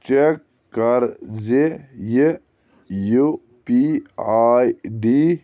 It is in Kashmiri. چیک کَر زِ یہِ یوٗ پی آٮٔی ڈِی